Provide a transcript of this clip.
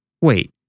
Wait